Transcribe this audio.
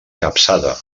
capçada